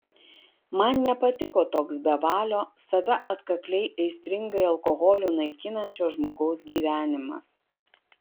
man nepatiko toks bevalio save atkakliai aistringai alkoholiu naikinančio žmogaus gyvenimas